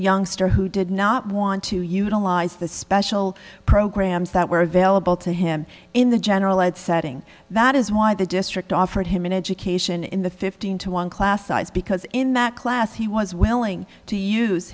youngster who did not want to utilize the special programs that were available to him in the general ed setting that is why the district offered him an education in the fifteen to one class size because in that class he was willing to use